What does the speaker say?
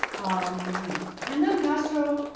um and then castro,